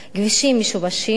כבישים משובשים,